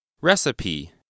recipe